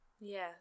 Yes